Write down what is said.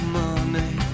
money